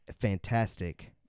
fantastic